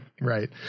right